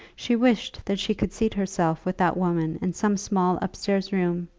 she wished that she could seat herself with that woman in some small upstairs room,